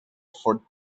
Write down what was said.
for